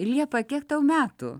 liepa kiek tau metų